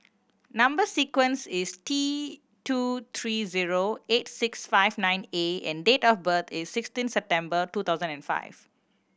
number sequence is T two three zero eight six five nine A and date of birth is sixteen September two thousand and five